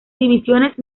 divisiones